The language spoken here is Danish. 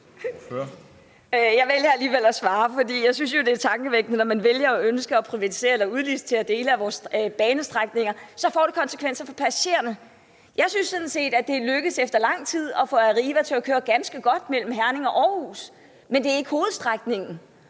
Jeg vælger alligevel at svare, fordi jeg synes, at det er tankevækkende, at når man vælger og ønsker at privatisere eller udlicitere dele af vores banestrækninger, får det konsekvenser for passagererne. Jeg synes sådan set, at det efter lang tid er lykkedes for Arriva at køre ganske godt mellem Herning og Aarhus, men det er ikke hovedstrækningen.